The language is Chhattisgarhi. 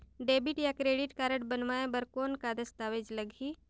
डेबिट या क्रेडिट कारड बनवाय बर कौन का दस्तावेज लगही?